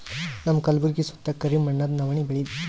ನಮ್ಮ ಕಲ್ಬುರ್ಗಿ ಸುತ್ತ ಕರಿ ಮಣ್ಣದ ನವಣಿ ಬೇಳಿ ಬರ್ತದೇನು?